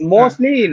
Mostly